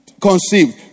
conceived